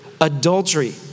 adultery